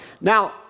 Now